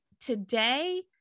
today